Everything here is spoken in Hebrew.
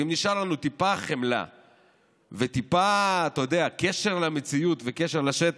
ואם נשארה לנו טיפת חמלה וטיפת קשר למציאות וקשר לשטח,